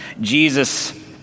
Jesus